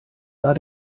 sah